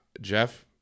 jeff